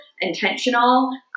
intentional